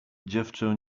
dziewczę